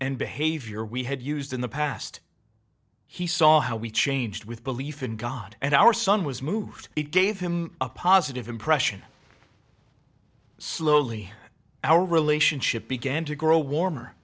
and behavior we had used in the past he saw how we changed with belief in god and our son was moved it gave him a positive impression slowly our relationship began to grow warmer